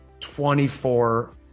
24